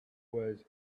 was